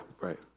right